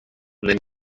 then